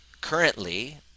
currently